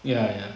ya ya